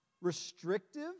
restrictive